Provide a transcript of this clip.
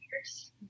years